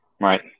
Right